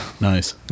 Nice